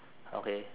okay